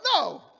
No